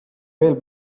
veel